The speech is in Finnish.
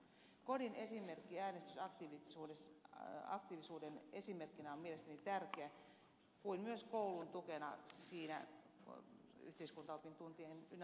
kodin esimerkki äänestysaktiivisuuden esimerkkinä on mielestäni tärkeä kuten myös koulun tukena yhteiskuntaopin tuntien ynnä muuta